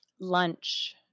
lunch